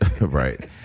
Right